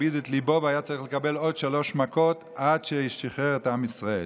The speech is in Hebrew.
הכביד את ליבו והיה צריך לקבל עוד שלוש מכות עד ששחרר את עם ישראל.